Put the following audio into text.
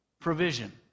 provision